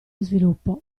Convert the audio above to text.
sviluppo